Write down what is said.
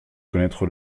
connaître